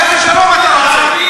איזה שלום אתה רוצה?